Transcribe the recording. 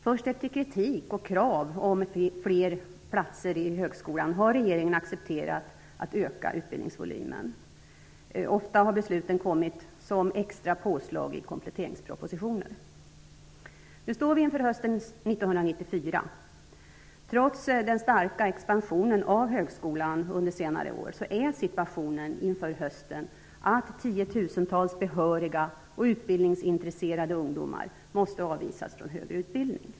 Först efter kritik och krav på fler platser i högskolan har regeringen accepterat att öka utbildningsvolymen, ofta som extra påslag i samband med kompletteringspropositioner. Nu står vi inför hösten 1994. Trots den starka expansionen av högskolan under senare år är situationen inför hösten den att tiotusentals behöriga och utbildningsintresserade ungdomar måste avvisas från högre utbildning.